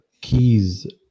keys